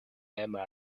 emma